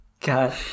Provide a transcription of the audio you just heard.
God